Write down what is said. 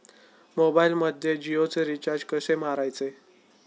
मोबाइलमध्ये जियोचे रिचार्ज कसे मारायचे?